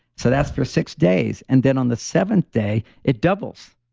so, that's for six days. and then on the seventh day, it doubles.